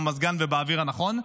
במזגן ובאוויר הנכון.